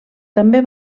també